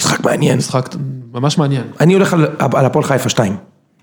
‫משחק מעניין. ‫-משחק ממש מעניין. ‫אני הולך על הפועל חיפה 2.